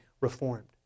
reformed